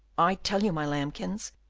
i tell you, my lambkins,